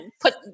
put